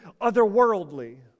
otherworldly